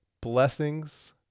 blessings